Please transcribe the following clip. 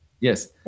Yes